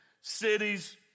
cities